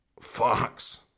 Fox